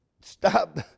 stop